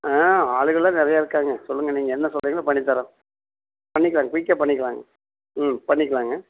ஆ ஆளுங்கலாம் நிறையா இருக்காங்க சொல்லுங்கள் நீங்கள் என்ன சொல்கிறிங்களோ பண்ணித்தரேன் பண்ணிக்கலாம் குயிக்கா பண்ணிகலாங்க ம் பண்ணிக்கலாங்க